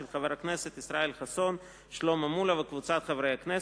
של חברי הכנסת ישראל חסון ושלמה מולה וקבוצת חברי הכנסת,